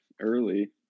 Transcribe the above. early